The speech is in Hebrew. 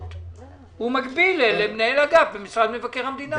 והוא מקבל למנהל אגף במשרד מבקר המדינה.